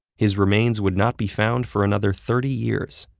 his remains would not be found for another thirty years.